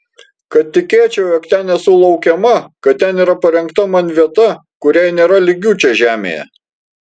kad tikėčiau jog ten esu laukiama kad ten yra parengta man vieta kuriai nėra lygių čia žemėje